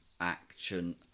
action